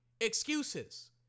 Excuses